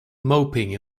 moping